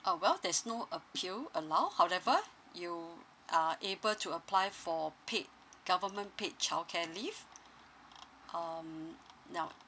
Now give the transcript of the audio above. orh well there's no appeal allow however you are able to apply for paid government paid childcare leave um now